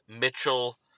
Mitchell